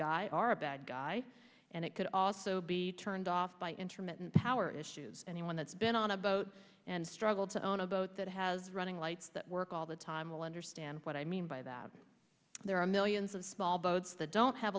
guy or a bad guy and it could also be turned off by intermittent power issues anyone that's been on a boat and struggle to own a boat that has running lights that work all the time will understand what i mean by that there are millions of small boats the don't have